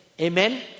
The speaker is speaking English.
Amen